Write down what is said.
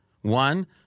One